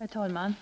Herr talman!